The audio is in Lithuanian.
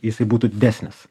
jisai būtų didesnis